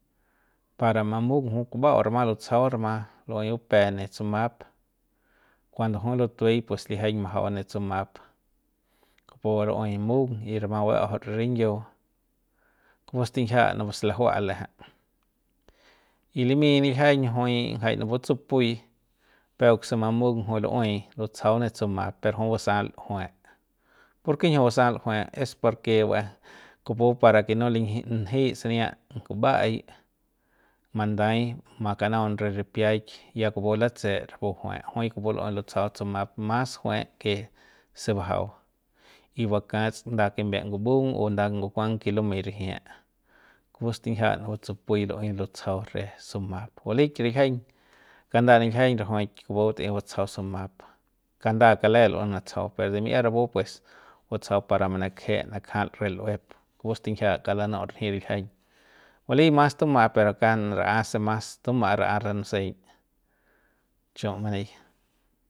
Para mamung jui kubaꞌau rama lutsajau rama luꞌuey bupe ne tsumaꞌap kuando jui lutuey pues lijiañ majau ne tsumaꞌap kupu luꞌuey mung y rama baꞌajauts re rinyiu kupu stinjia napu slajua lꞌeje y limi niljiañ jai napu tsupui peuk se mamung jui lueꞌuei lutsajau ne tsumap per jui basal jueꞌe ¿porke njiu basal jueꞌe? Es porke va kupu para ke no linji njei sania ngubaꞌai mandai makanaun re ripiaik ya kupu latseꞌet rapu jueꞌes jui kupu luꞌei lutsajau tsumaꞌap mas jueꞌe ke se bajau y bakats nada kimbiep ngubung o nda ngukuang ke lumei rijie kupu stinjia napu tsupui luꞌuei lutsajau re sumaꞌap balik riljiañ kanda niljiañ kupu buetꞌei butsajau sumaap kanda kale luei natsajau pero de miat rapu pues batsajau manakje nakjal re lꞌuep kupu stinjia kauk lanunt ranji riljiañ bali mas tumaꞌa pe kauk ranꞌa se mas tumaꞌa ranꞌa re nuseiñg chumani.